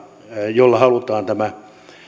jolla halutaan tämä